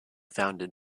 founded